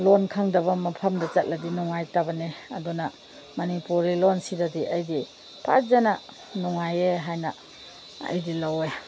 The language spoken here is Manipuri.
ꯂꯣꯟ ꯈꯪꯗꯕ ꯃꯐꯝꯗ ꯆꯠꯂꯗꯤ ꯅꯨꯡꯉꯥꯏꯇꯕꯅꯦ ꯑꯗꯨꯅ ꯃꯅꯤꯄꯨꯔꯤ ꯂꯣꯟꯁꯤꯗꯗꯤ ꯑꯩꯒꯤ ꯐꯖꯅ ꯅꯨꯡꯉꯥꯏꯌꯦ ꯍꯥꯏꯅ ꯑꯩꯗꯤ ꯂꯧꯋꯦ